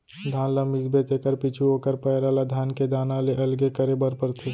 धान ल मिसबे तेकर पीछू ओकर पैरा ल धान के दाना ले अलगे करे बर परथे